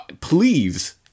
please